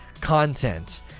content